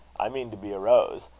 i mean to be a rose.